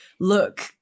look